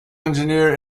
engineer